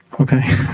Okay